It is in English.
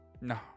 No